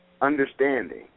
understanding